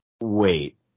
Wait